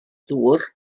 ddŵr